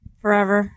forever